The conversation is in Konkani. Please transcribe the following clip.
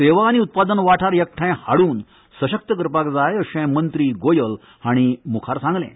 सेवा आनी उत्पादन वाठार एकठांय हाडून सशक्त करपाक जाय अशें मंत्री गोएल हांणी मुखार सांगलें